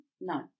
no